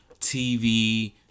TV